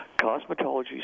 cosmetology